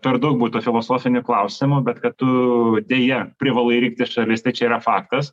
per daug būtų filosofinių klausimų bet kad tu deja privalai rinktis šalis tai čia yra faktas